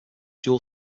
dual